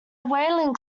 whaling